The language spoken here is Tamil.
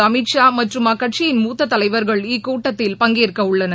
அமித் ஷா மற்றும் அக்கட்சியின் மூத்த தலைவர்கள் இக்கூட்டத்தில் பங்கேற்க உள்ளனர்